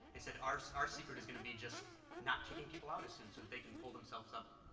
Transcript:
they said our so our secret is going to be just not kicking people out as soon so that they can pull themselves up,